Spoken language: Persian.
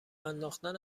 انداختن